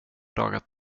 dagar